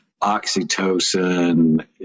oxytocin